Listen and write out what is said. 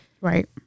Right